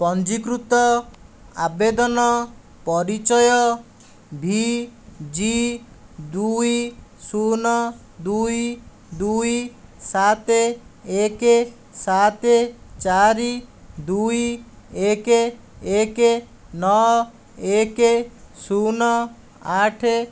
ପଞ୍ଜୀକୃତ ଆବେଦନ ପରିଚୟ ଭି ଜି ଦୁଇ ଶୂନ ଦୁଇ ଦୁଇ ସାତ ଏକ ସାତ ଚାରି ଦୁଇ ଏକ ଏକ ନଅ ଏକ ଶୂନ ଆଠ